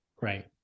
Right